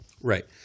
Right